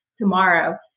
tomorrow